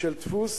של דפוס